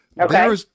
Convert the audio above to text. Okay